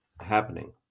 happening